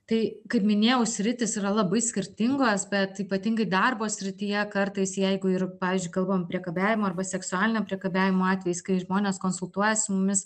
tai kaip minėjau sritys yra labai skirtingos bet ypatingai darbo srityje kartais jeigu ir pavyzdžiui kalbam priekabiavimo arba seksualinio priekabiavimo atvejais kai žmonės konsultuojas su mumis